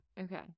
Okay